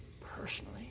Personally